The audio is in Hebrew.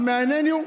המעניין הוא,